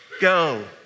Go